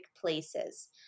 places